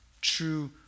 true